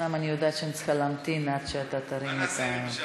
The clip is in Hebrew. אומנם אני יודעת שאני צריכה להמתין עד שאתה תרים את המיקרופון.